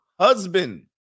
husband